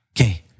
okay